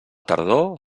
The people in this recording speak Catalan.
tardor